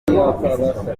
turabatakambira